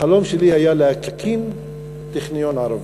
החלום שלי היה להקים טכניון ערבי.